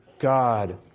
God